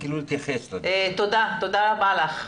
תודה רבה.